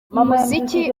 umuziki